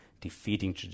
defeating